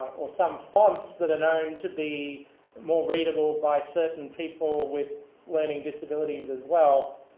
or some fonts that are known to be more readable by certain people with learning disabilities as well,